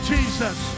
Jesus